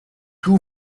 two